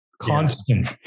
Constant